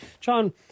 John